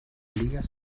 ligas